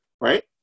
right